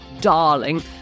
darling